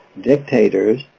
dictators